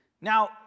Now